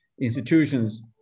institutions